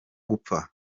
gupfa